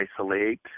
isolate